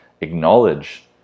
acknowledge